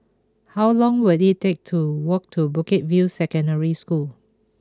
how long will it take to walk to Bukit View Secondary School